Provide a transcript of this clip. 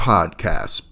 Podcast